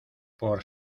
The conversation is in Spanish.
por